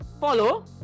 Follow